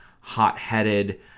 hot-headed